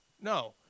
No